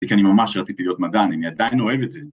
‫כי אני ממש רציתי להיות מדען, ‫אני עדיין אוהב את זה.